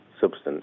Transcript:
substance